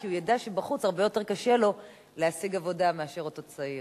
כי הוא ידע שבחוץ הרבה יותר קשה לו להשיג עבודה מאשר אותו צעיר.